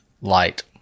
light